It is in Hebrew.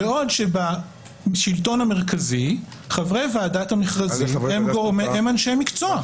בעוד שבשלטון המרכזי חברי ועדת המכרזים הם אנשי מקצוע.